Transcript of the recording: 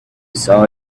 saw